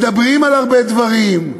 מדברים על הרבה דברים,